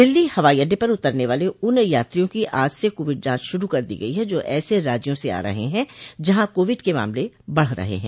दिल्ली हवाई अड्डे पर उतरने वाले उन यात्रियों की आज से कोविड जांच शुरू कर दी गई है जो ऐसे राज्यों से आ रहे हैं जहां कोविड के मामले बढ़ रहे हैं